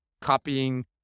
copying